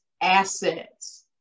assets